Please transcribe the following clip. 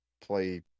play